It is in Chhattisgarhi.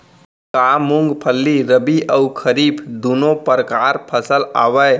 का मूंगफली रबि अऊ खरीफ दूनो परकार फसल आवय?